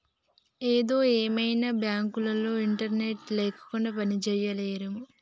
ఏందో ఏమోరా, బాంకులోల్లు ఇంటర్నెట్ లేకుండ పనిజేయలేరేమో